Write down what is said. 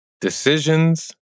Decisions